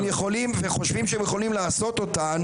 וחושבים שהם יכולים לעשות אותן,